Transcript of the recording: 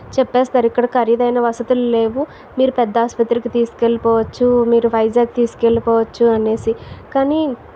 ఇక్కడ ఖరీదైన వసతులు లేవు మీరు పెద్ద ఆసుపత్రికి తీసుకెళ్లిపోవచ్చు మీరు వైజాగ్ తీసుకెళ్ళిపోవచ్చు అనేసి కానీ